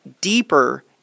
deeper